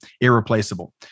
irreplaceable